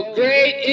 great